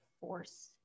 force